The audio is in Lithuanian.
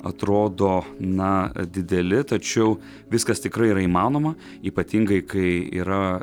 atrodo na dideli tačiau viskas tikrai yra įmanoma ypatingai kai yra